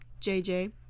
JJ